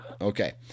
Okay